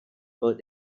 put